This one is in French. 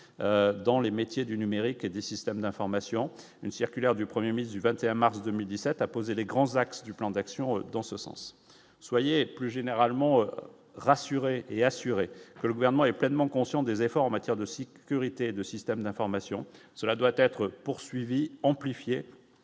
dans les métiers du numérique et des systèmes d'information, une circulaire du 1er ministre du 21 mars 2017 a posé les grands axes du plan d'action dans ce sens, soyez plus généralement rassurer et assuré que le gouvernement est pleinement conscient des efforts en matière de 6 coeurs IT de systèmes d'information, cela doit être poursuivie amplifiée,